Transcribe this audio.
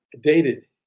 dated